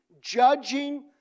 judging